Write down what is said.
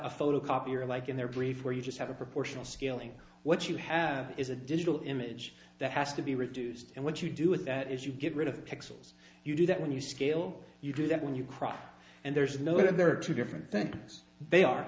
a photocopier like in their brief where you just have a proportional scaling what you have is a digital image that has to be reduced and what you do with that is you get rid of pixels you do that when you scale you do that when you cross and there's no if there are two different things they are